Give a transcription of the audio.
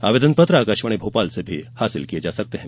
आवेदन पत्र आकाशवाणी भोपाल से भी प्राप्त किये जा सकते हैं